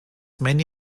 many